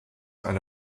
eine